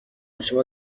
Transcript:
شما